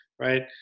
right